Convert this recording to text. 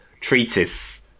treatise